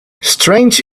strange